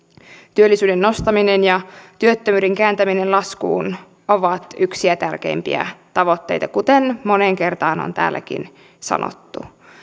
työllisyyden nostaminen ja työttömyyden kääntäminen laskuun ovat yksiä tärkeimpiä tavoitteita kuten moneen kertaan on täälläkin sanottu